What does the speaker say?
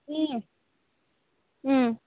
अँ अँ